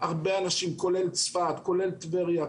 כולל צפת, כולל טבריה.